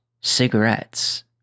cigarettes